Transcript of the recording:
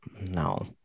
No